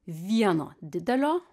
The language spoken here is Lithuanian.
vieno didelio